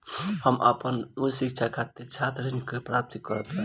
का हम आपन उच्च शिक्षा के खातिर छात्र ऋण के पात्र बानी?